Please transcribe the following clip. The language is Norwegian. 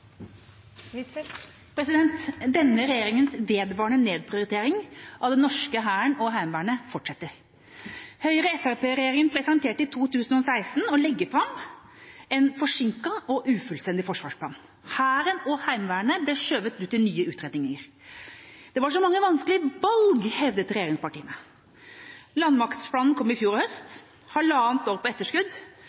Denne regjeringas vedvarende nedprioritering av den norske hæren og Heimevernet fortsetter. Høyre–Fremskrittsparti-regjeringa presterte i 2016 å legge fram en forsinket og ufullstendig forsvarsplan. Hæren og Heimevernet ble skjøvet ut i nye utredninger. Det var så mange vanskelige valg, hevdet regjeringspartiene. Landmaktplanen kom i fjor høst – halvannet år på etterskudd